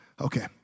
Okay